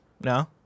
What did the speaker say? no